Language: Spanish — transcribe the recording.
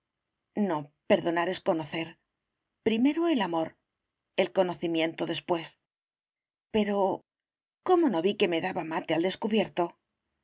no perdonar es conocer primero el amor el conocimiento después pero cómo no vi que me daba mate al descubierto